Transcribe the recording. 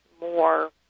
more